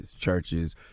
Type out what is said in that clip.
churches